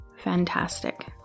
fantastic